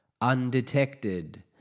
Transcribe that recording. Undetected